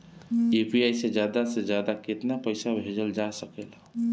UPI से ज्यादा से ज्यादा केतना पईसा भेजल जा सकेला?